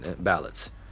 ballots